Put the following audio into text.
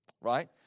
right